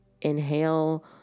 inhale